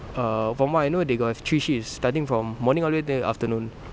err from what I know they got three shifts starting from morning all the way to the afternoon